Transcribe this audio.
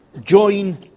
join